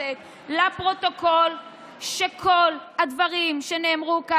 חבר הכנסת כץ, אפשר לקרוא קריאת ביניים